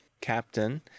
captain